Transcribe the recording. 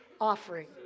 offering